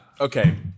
okay